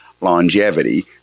longevity